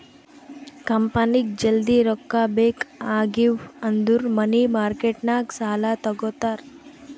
ಕಂಪನಿಗ್ ಜಲ್ದಿ ರೊಕ್ಕಾ ಬೇಕ್ ಆಗಿವ್ ಅಂದುರ್ ಮನಿ ಮಾರ್ಕೆಟ್ ನಾಗ್ ಸಾಲಾ ತಗೋತಾರ್